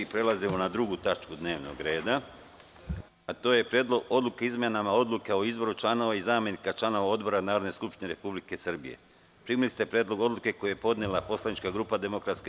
Prelazimo na 2. tačku dnevnog reda – PREDLOG ODLUKE O IZMENAMA ODLUKE O IZBORU ČLANOVA I ZAMENIKA ČLANOVA ODBORA NARODNE SKUPŠTINE REPUBLIKE SRBIJE Primili ste Predlog odluke, koji je podnela poslanička grupa DS.